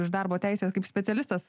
iš darbo teisės kaip specialistas